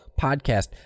podcast